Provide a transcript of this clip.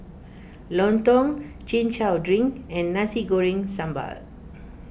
Lontong Chin Chow Drink and Nasi Goreng Sambal